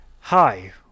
hi